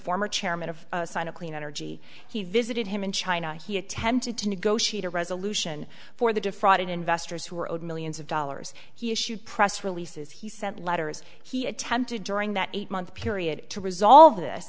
former chairman of sign a clean energy he visited him in china he attempted to negotiate a resolution for the defrauded investors who were owed millions of dollars he issued press releases he sent letters he attempted during that eight month period to resolve th